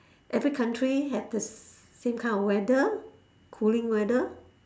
every country have the same kind of weather cooling weather